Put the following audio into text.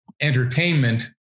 entertainment